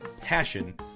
passion